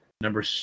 Number